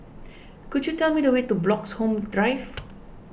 could you tell me the way to Bloxhome Drive